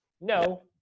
No